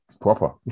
proper